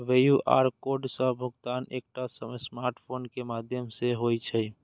QR code सं भुगतान एकटा स्मार्टफोन के माध्यम सं होइ छै